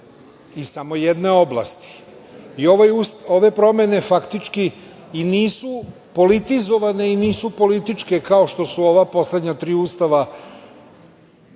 iz samo jedne oblasti. Ove promene faktički i nisu politizovane i nisu političke kao što su ova poslednja tri Ustava